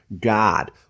god